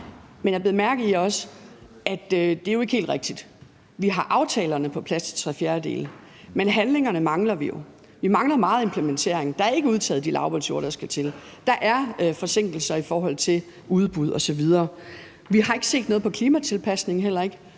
er nået. Men det er jo ikke helt rigtigt. Vi har tre fjerdedele af aftalerne på plads, men handlingerne mangler vi jo. Vi mangler meget implementering. Der er ikke udtaget de lavbundsjorder, der skal til; der er forsinkelser i forhold til udbud osv. Vi har heller ikke set noget på klimatilpasningsområdet.